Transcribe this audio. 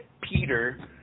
Peter